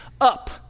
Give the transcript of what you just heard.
up